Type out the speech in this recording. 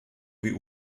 wie